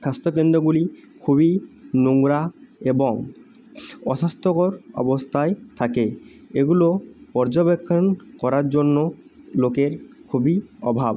স্বাস্থ্য কেন্দ্রগুলি খুবই নোংরা এবং অস্বাস্থ্যকর অবস্থায় থাকে এগুলো পর্যবেক্ষণ করার জন্য লোকের খুবই অভাব